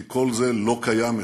כי כל זה לא קיים אצלנו.